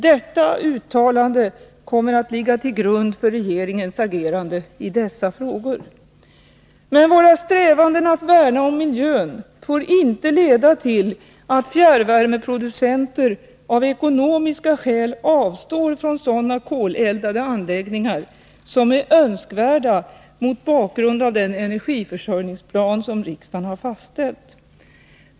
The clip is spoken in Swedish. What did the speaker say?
Detta uttalande kommer att ligga till grund för regeringens agerande i dessa frågor. Men våra strävanden att värna om miljön får inte leda till att fjärrvärmeproducenter av ekonomiska skäl avstår från sådana koleldade anläggningar som är önskvärda mot bakgrund av den energiförsörjningsplan som riksdagen har fastställt.